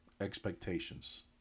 expectations